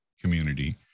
community